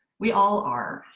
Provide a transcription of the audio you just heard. we all are.